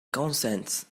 consents